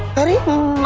anything